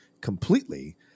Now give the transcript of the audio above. completely